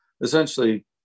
Essentially